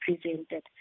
presented